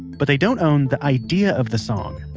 but they don't own the idea of the song.